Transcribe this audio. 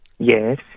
Yes